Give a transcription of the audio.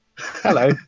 Hello